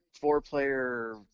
Four-player